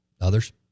others